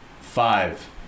five